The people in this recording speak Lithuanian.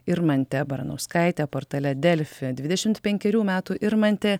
irmante baranauskaite portale delfi dvidešim penkerių metų irmantė